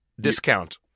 discount